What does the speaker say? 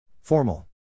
formal